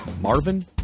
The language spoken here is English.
Marvin